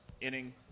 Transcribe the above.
inning